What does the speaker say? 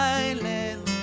island